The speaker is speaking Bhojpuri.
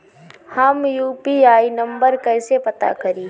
हम यू.पी.आई नंबर कइसे पता करी?